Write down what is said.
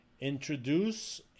Introduce